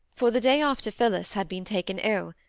for the day after phillis had been taken ill,